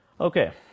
Okay